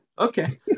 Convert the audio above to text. Okay